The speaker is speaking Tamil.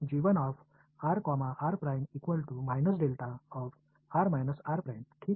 எனவே முதல் சமன்பாட்டைப் படிப்போம் அது என்று கூறுகிறது